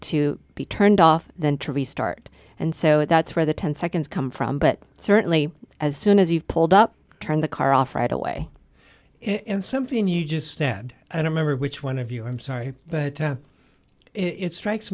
to be turned off then to restart and so that's where the ten seconds come from but certainly as soon as you've pulled up turn the car off right away in something you just said i remember which one of you i'm sorry but it strikes